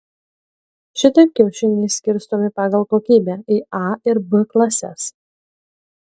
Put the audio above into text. šitaip kiaušiniai skirstomi pagal kokybę į a ir b klases